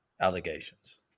allegations